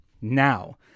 now